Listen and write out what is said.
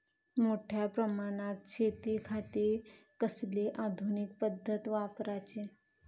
मोठ्या प्रमानात शेतिखाती कसली आधूनिक पद्धत वापराची?